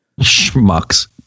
schmucks